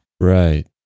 Right